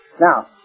Now